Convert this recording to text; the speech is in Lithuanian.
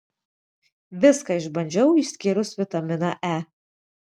viską išbandžiau išskyrus vitaminą e